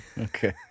Okay